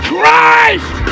Christ